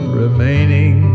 remaining